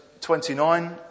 29